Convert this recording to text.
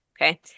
Okay